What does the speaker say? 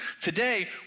Today